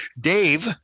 Dave